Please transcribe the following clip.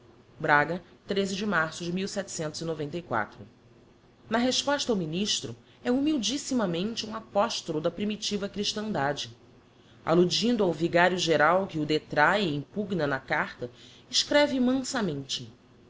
braga de março de na resposta ao ministro é humildissimamente um apostolo da primitiva christandade alludindo ao vigario geral que o detrahe e impugna na carta escreve mansamente